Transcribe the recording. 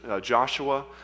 Joshua